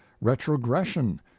retrogression